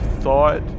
thought